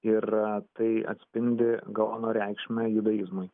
ir tai atspindi gaono reikšmę judaizmui